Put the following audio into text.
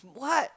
what